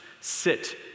sit